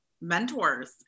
mentors